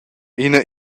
ina